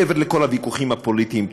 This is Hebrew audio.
מעבר לכל הוויכוחים הפוליטיים,